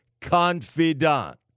confidant